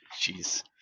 Jeez